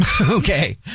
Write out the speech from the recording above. Okay